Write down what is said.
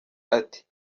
ati